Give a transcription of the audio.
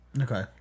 Okay